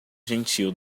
gentil